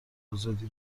آزادی